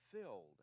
filled